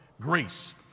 Grace